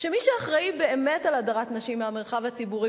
שמי שאחראי באמת להדרת נשים מהמרחב הציבורי